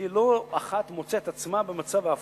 היא לא אחת מוצאת את עצמה במצב ההפוך,